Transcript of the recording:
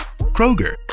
kroger